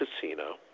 Casino